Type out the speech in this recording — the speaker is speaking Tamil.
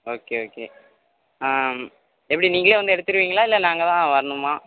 ஓகே ஓகே எப்படி நீங்களே வந்து எடுத்துடுவீங்களா இல்லை நாங்கள் தான் வரணுமா